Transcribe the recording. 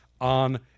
on